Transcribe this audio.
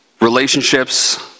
relationships